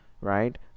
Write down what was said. right